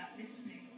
listening